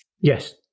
Yes